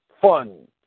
Fun